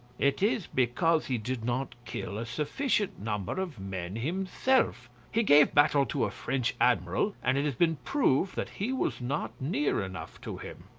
it is because he did not kill a sufficient number of men himself. he gave battle to a french admiral and it has been proved that he was not near enough to him.